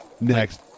Next